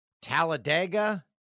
Talladega